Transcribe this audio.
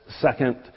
second